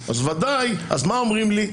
מה אומרים לי?